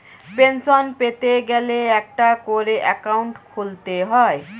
pension পেতে গেলে একটা করে অ্যাকাউন্ট খুলতে হয়